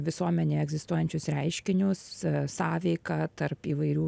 visuomenėj egzistuojančius reiškinius sąveiką tarp įvairių